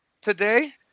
Today